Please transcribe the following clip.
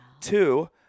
Two